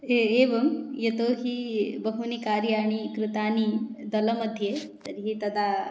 ए एवं यतोऽहि बहूनि कार्याणि कृतानि तलमध्ये तर्हि तदा